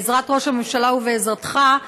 בעזרת ראש הממשלה ובעזרתך,